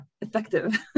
effective